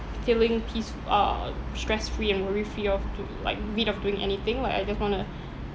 feeling peace uh stress free and worry fee of to like be of doing anything like I just want to